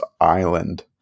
island